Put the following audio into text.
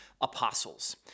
apostles